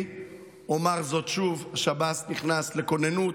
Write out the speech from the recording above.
אומר זאת שוב: השב"ס נכנס לכוננות,